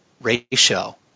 ratio